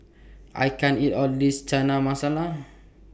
I can't eat All of This Chana Masala